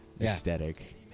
aesthetic